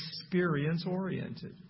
experience-oriented